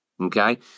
Okay